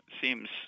seems